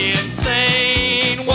insane